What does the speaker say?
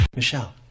Michelle